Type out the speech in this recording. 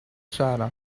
sarah